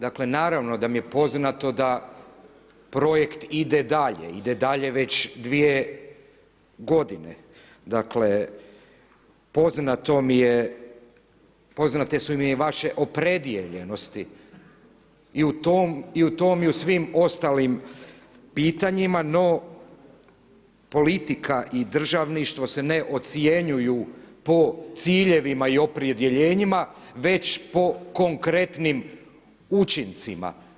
Dakle naravno da mi je poznato da projekt ide dalje, ide dalje već dvije godine, poznate su mi vaše opredijeljenosti i u tom i u svim ostalim pitanjima no politika i državništvo se ne ocjenjuju po ciljevima i opredjeljenjima već po konkretnim učincima.